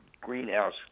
greenhouse